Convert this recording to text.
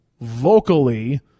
vocally